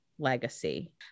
legacy